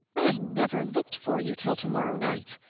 i never looked for you till tomorrow night.